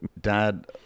Dad